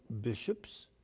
bishops